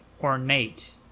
ornate